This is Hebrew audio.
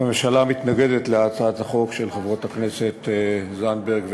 הממשלה מתנגדת להצעת החוק של חברות הכנסת זנדברג וגלאון.